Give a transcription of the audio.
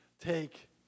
take